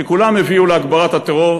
שכולן הביאו להגברת הטרור,